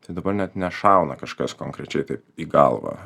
tai dabar net nešauna kažkas konkrečiai taip į galvą